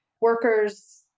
workers